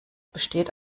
besteht